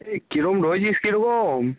এই কীরম রয়েছিস কীরকম